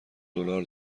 دلار